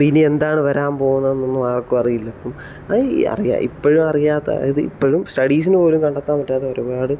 ഇനി എന്താണ് വരാൻ പോകുന്നത് എന്നും ആർക്കും അറിയില്ല ഇപ്പോഴും അറിയാത്ത ഇത് ഇപ്പോഴും സ്റ്റഡീസിന് പോലും കണ്ടെത്താൻ പറ്റാത്ത ഒരുപാട്